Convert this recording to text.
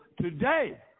today